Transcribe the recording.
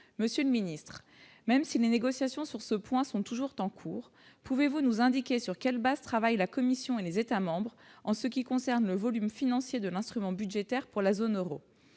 monsieur le Ministre, même si les négociations sur ce point sont toujours en cours, pouvez-vous nous indiquer sur quelle base travaille la Commission et les États membres en ce qui concerne le volume financier de l'instrument budgétaire pour la zone Euro